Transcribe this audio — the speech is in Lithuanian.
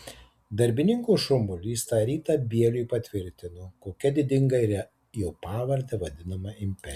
darbininkų šurmulys tą rytą bieliui patvirtino kokia didinga yra jo pavarde vadinama imperija